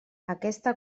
aquesta